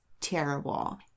terrible